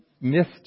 missed